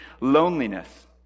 loneliness